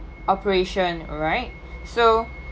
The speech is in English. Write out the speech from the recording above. operation right so